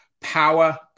Power